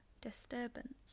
disturbance